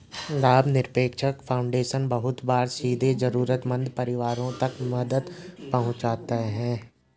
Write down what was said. लाभनिरपेक्ष फाउन्डेशन बहुत बार सीधे जरूरतमन्द परिवारों तक मदद पहुंचाते हैं